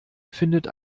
findet